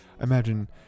imagine